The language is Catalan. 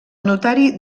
notari